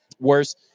worse